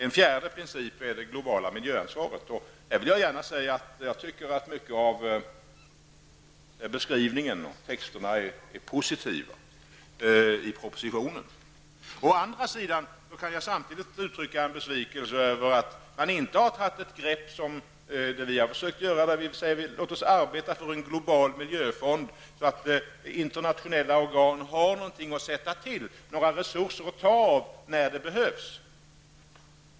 En fjärde princip är det globala miljöansvaret. Jag vill i det sammanhanget gärna säga att beskrivningen och texten i propositionen i stor utsträckning är positiv. Å andra sidan kan jag samtidigt uttrycka en besvikelse över att man inte, som vi har försökt, har gått in för att arbeta för en global miljöfond så att internationella organ därigenom har något att sätta in, resurser att ta av när det behövs.